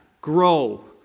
grow